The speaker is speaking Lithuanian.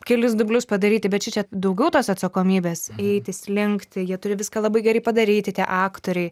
kelis dublius padaryti bet šičia daugiau tos atsakomybės eiti slinkti jie turi viską labai gerai padaryti tie aktoriai